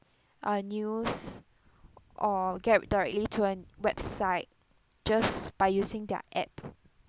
uh news or get directly to an website just by using their app